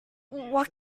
what